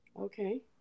Okay